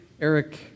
Eric